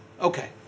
Okay